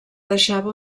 deixava